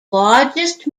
largest